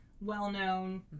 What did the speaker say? well-known